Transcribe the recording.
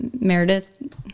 Meredith